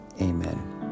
Amen